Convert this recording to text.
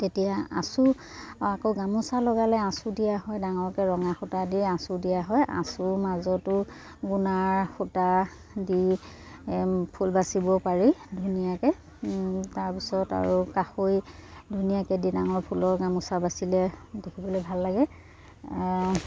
তেতিয়া আঁচু অঁ আকৌ গামোচা লগালে আঁচু দিয়া হয় ডাঙৰকৈ ৰঙা সূতা দি আঁচু দিয়া হয় আঁচুৰ মাজতো গুণাৰ সূতা দি ফুল বাচিব পাৰি ধুনীয়াকৈ তাৰপিছত আৰু কাষৈ ধুনীয়াকৈ দি ডাঙৰ ফুলৰ গামোচা বাচিলে দেখিবলৈ ভাল লাগে